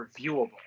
reviewable